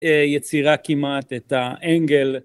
יצירה כמעט את האנגל